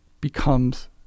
becomes